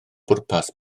bwrpas